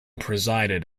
presided